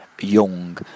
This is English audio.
young